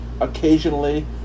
occasionally